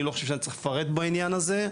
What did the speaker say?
אני לא חושב שצריך לפרט בעניין הזה.